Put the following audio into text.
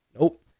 Nope